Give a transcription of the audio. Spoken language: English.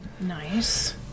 Nice